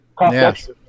Yes